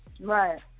Right